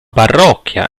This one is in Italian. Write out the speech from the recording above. parrocchia